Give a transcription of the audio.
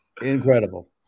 incredible